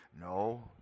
No